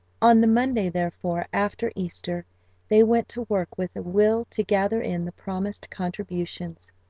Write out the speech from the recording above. on the monday therefore after easter they went to work with a will to gather in the promised contributions.